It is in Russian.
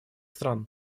стран